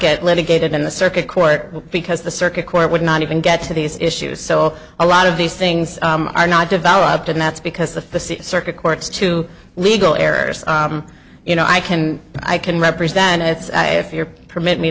get litigated in the circuit court because the circuit court would not even get to these issues so a lot of these things are not developed and that's because the circuit courts to legal errors you know i can i can represent it's if you're permit me